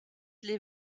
les